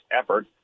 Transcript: effort